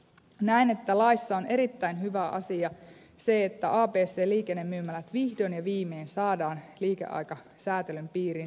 näen että laissa on erittäin hyvä asia se että abc liikennemyymälät vihdoin ja viimein saadaan liikeaikasäätelyn piiriin